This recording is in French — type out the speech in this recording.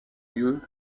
lieu